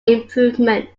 improvement